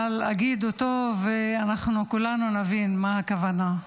אבל אגיד אותו וכולנו נבין למה הכוונה.